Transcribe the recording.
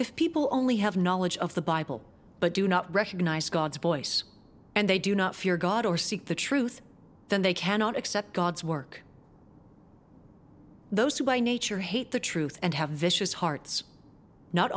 if people only have knowledge of the bible but do not recognize god's voice and they do not fear god or seek the truth then they cannot accept god's work those who by nature hate the truth and have vicious hearts not